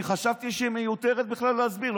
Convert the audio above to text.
אני חשבתי שמיותר להסביר בכלל.